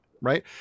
right